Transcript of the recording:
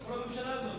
כל הממשלה הזאת